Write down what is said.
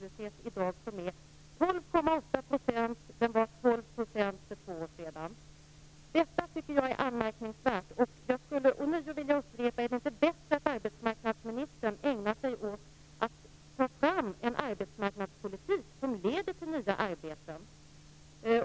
Vi har i dag en arbetslöshet på 12,8 %; den var 12 % för två år sedan. Detta tycker jag är anmärkningsvärt, och jag skulle ånyo vilja fråga: Är det inte bättre att arbetsmarknadsministern ägnar sig åt att ta fram en arbetsmarknadspolitik som leder till nya arbeten?